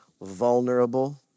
vulnerable